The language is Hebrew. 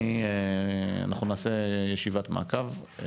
אנחנו נעשה ישיבת מעקב.